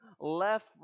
left